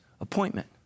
appointment